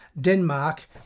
Denmark